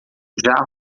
jarro